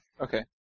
Okay